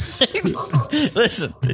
Listen